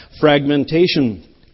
fragmentation